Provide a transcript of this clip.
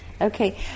Okay